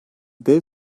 dev